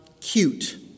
cute